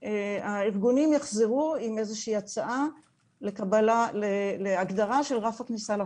שהארגונים יחזרו עם איזושהי הצעה להגדרה של רף הכניסה לחוק.